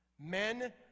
men